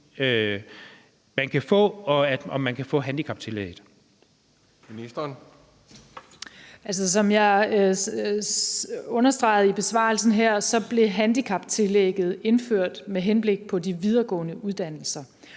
Uddannelses- og forskningsministeren (Ulla Tørnæs): Som jeg understregede i besvarelsen her, blev handicaptillægget indført med henblik på de videregående uddannelser.